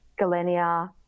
Galenia